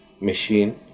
machine